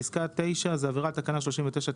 פסקה (9) זה עבירה על תקנה 39טז(1)